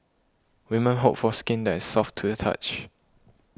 women hope for skin that is soft to the touch